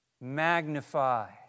magnify